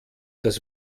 das